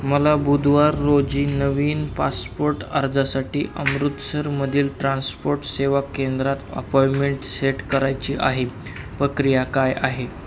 मला बुधवार रोजी नवीन पासपोर्ट अर्जासाठी अमृतसरमधील ट्रान्सपोर्ट सेवा केंद्रात अपॉइमेंट सेट करायची आहे प्रक्रिया काय आहे